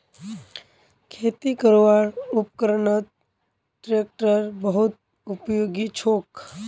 खेती करवार उपकरनत ट्रेक्टर बहुत उपयोगी छोक